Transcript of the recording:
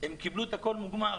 קיבלו את הכול מוגמר.